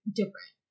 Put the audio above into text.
different